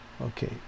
Okay